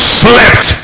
slept